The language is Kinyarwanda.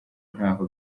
ntaho